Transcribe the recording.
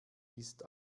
ist